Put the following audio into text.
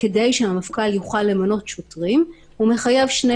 כדי שהמפכ"ל יוכל למנות שוטרים הוא מחייב שני